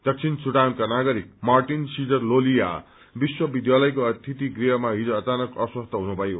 दक्षिण सुडानका नागरिक मार्टिन सीजर लोलिया विश्व विध्यालयको अतिथि गृह हिज अचानक अस्वस्थ हुनुभयो